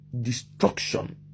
destruction